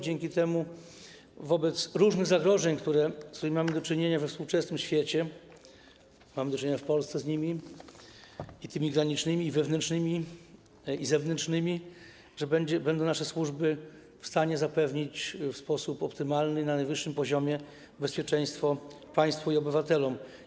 Dzięki temu wobec różnych zagrożeń, z którymi mamy do czynienia we współczesnym świecie, mamy do czynienia z nimi w Polsce, i tymi granicznymi, i wewnętrznymi, i zewnętrznymi, nasze służby będą w stanie zapewnić w sposób optymalny, na najwyższym poziomie bezpieczeństwo państwu i obywatelom.